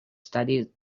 studied